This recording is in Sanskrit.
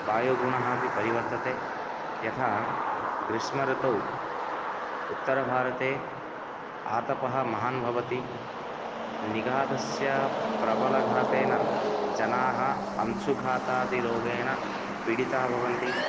वायु गुणः अपि परिवर्तते यथा ग्रीष्म ऋतौ उत्तर भारते आतपः महान् भवति निघाधस्य प्रबल घातेन जनाः अंसु घातादि रोगेण पीडिता भवन्ति